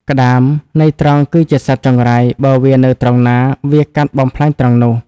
ក្ដាម ន័យត្រង់ គឺជាសត្វចង្រៃ បើវានៅត្រង់ណា វាកាត់បំផ្លាញត្រង់នោះ ។